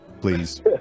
please